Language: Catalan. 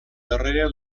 darrere